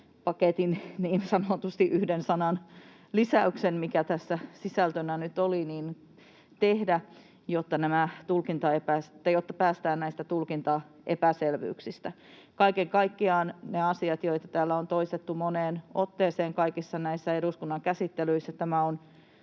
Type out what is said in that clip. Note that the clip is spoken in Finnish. korjauspaketin niin sanotusti yhden sanan lisäyksen, mikä tässä sisältönä nyt oli, jotta päästään näistä tulkintaepäselvyyksistä. Kaiken kaikkiaan, mitä tulee niihin asioihin, joita täällä on toistettu moneen otteeseen kaikissa näissä eduskunnan käsittelyissä, tämä on